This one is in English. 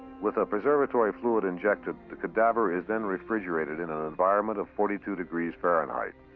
with a preservatory fluid injected, the cadaver is then refrigerated in an environment of forty two degrees fahrenheit.